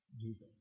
Jesus